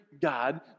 God